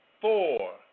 four